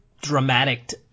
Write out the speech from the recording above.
dramatic